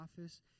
office